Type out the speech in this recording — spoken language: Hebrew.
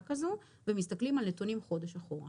כזו ומסתכלים על נתונים חודש אחורה.